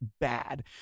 bad